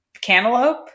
cantaloupe